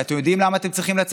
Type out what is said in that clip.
ואתם יודעים למה אתם צריכים לצאת?